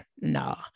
no